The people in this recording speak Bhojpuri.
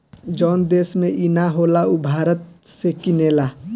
जवन देश में ई ना होला उ भारत से किनेला